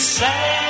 sad